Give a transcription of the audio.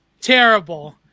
terrible